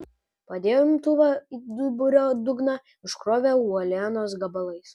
padėjo imtuvą į duburio dugną užkrovė uolienos gabalais